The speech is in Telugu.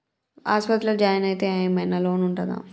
ఆస్పత్రి లో జాయిన్ అయితే ఏం ఐనా లోన్ ఉంటదా?